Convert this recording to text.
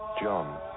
John